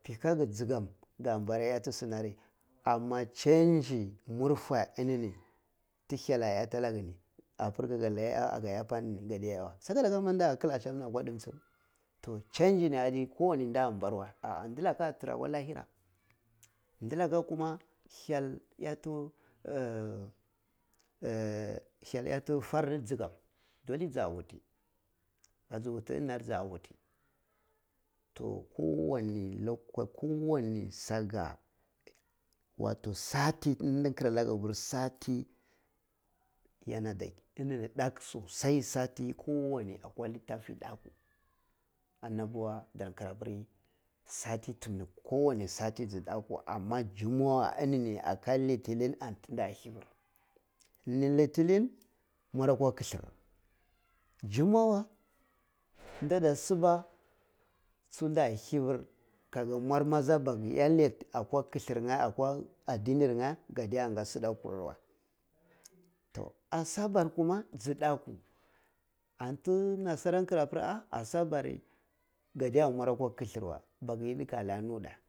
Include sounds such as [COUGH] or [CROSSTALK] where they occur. mpikaga dzigam ga mbizi ehyati sunari amma change murfe enini to hyalla diya lagani apar kaga laka ehya ka ehya apa enini gadiya ehyawa saka laka ma nda da ka asamni akwa ndim tsiu to change ni nda a mbarawae a’a ndilaka a tara kwa lahira, ndulaka kuma hyal ehtu [HESITATION] hyal ehtu farni dzigam dole dzi wuti dzi wuti to ko wani [UNINTELLIGIBLE] ko wani saka wato sati tu nda karlaga apir sati yana, enini datu rai sati ko wani akwa litafi daku annabawa dar nkar apir sati tumni ko wani sati dzi daku amma dummuwa enini aka litilin antu nda ada hivir litilin mwarkwa kuthur juinmuwa nda ada saba tsu nda da hivir laitu kulhu ngh akwa adinir ngh ga daya nga soda kurrar wae to asabar kuma dzi daku antu nasara kar pre ga diya mwar akwa kuthur wae bagh yide tuga laha nuda